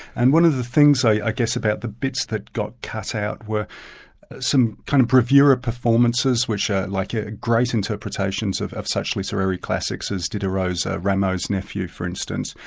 and one of the things i guess about the bits that got cut out were some kind of previewer performances which are like ah great interpretations of of such literary classics as diderot's ah rameau's nephew for instance.